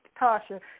Tasha